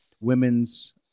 women's